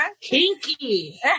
kinky